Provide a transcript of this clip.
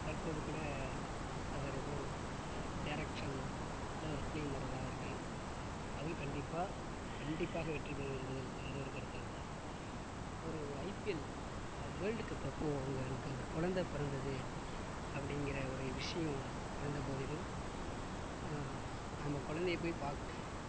தற்போது கூட அவர் எதோ டேரக்சனில் ஒரு ஃபிலிம் வரதாக இருக்கு அதுவும் கண்டிப்பாக கண்டிப்பாக வெற்றி பெரும் என்பதில் எந்த ஒரு கருத்தும் இல்லை அவர் ஐபிஎல் அவர் வேர்ல்ட் கப் அப்போ அங்கே அங்கே ஒரு குழந்த பிறந்தது அப்படிங்குற ஒரு விஷயம் இருந்தபோதிலும் நம்ம குழந்தையை போய் பார்க்க